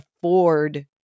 afford